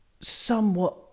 somewhat